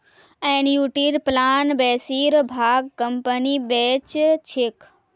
एनयूटीर प्लान बेसिर भाग कंपनी बेच छेक